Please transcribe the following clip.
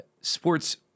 sports